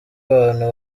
abantu